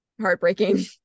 heartbreaking